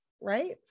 right